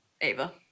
Ava